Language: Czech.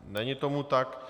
Není tomu tak.